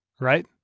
right